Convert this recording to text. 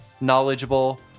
knowledgeable